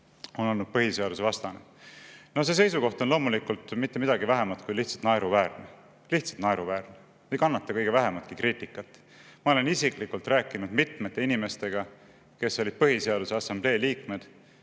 on olnud põhiseadusvastane. See seisukoht on loomulikult mitte midagi vähemat kui lihtsalt naeruväärne, lihtsalt naeruväärne, ei kannata kõige vähematki kriitikat. Ma olen isiklikult rääkinud mitme inimesega, kes olid Põhiseaduse Assamblee liikmed,